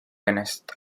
ennast